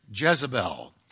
Jezebel